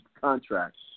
contracts